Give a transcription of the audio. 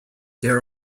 there